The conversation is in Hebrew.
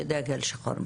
שדגל שחור מתנוסס.